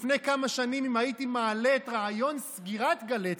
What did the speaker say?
לפני כמה שנים אם הייתי מעלה את הרעיון של סגירת גלי צה"ל,